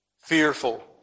fearful